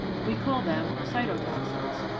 we call them cytotoxins.